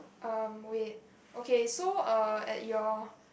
erm wait okay so uh at your